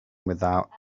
without